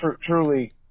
truly